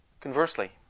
Conversely